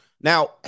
Now